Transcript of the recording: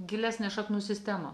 gilesnę šaknų sistemą